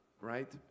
right